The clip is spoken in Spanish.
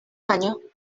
año